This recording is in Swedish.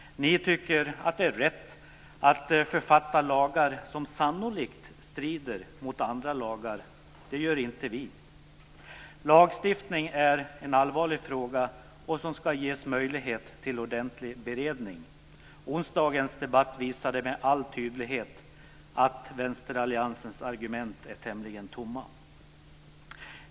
Ni tycker att det är rätt att författa lagar som sannolikt strider mot andra lagar. Det gör inte vi. Lagstiftning är en allvarlig fråga som ska ges möjlighet till ordentlig beredning. Onsdagens debatt visade med all tydlighet att vänsteralliansens argument är tämligen tomma.